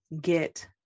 get